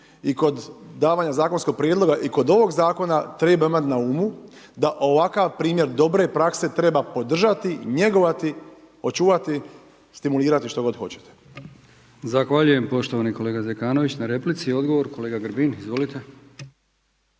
i kod davanja zakonskih prijedloga i kod ovog zakona, treba imati na umu, da ovakav primjer dobre praske, treba podržati, njegovati, očuvati stimulirati, što god hoćete.